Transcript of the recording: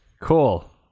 Cool